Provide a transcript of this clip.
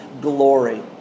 glory